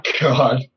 God